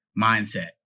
mindset